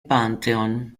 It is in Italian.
pantheon